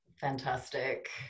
Fantastic